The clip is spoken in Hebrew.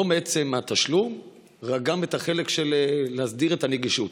לא בעצם התשלום אלא להסדיר גם את הנגישות.